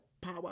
power